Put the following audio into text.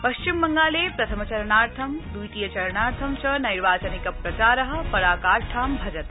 पश्चिमबंगाले प्रथम चरणार्थं द्वितीय चरणार्थं च नैर्वाचनिक प्रचारः पराकाष्ठां भजते